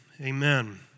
amen